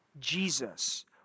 Jesus